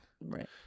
Right